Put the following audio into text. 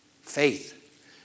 Faith